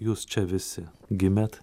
jūs čia visi gimėt